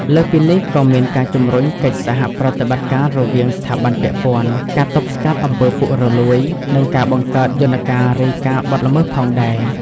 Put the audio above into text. លើសពីនេះ ក៏មានការជំរុញកិច្ចសហប្រតិបត្តិការរវាងស្ថាប័នពាក់ព័ន្ធ ការទប់ស្កាត់អំពើពុករលួយ និងការបង្កើតយន្តការរាយការណ៍បទល្មើសផងដែរ។